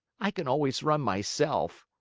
i can always run myself.